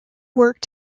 worked